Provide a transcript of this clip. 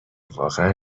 واقعا